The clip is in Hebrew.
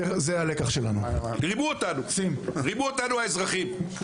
רימו אותנו האזרחים.